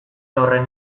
horren